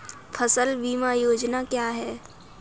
फसल बीमा योजना क्या है?